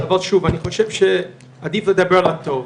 אבל שוב, אני חושב שעדיף לדבר על הטוב.